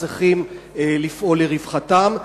צריכים לפעול לרווחתם.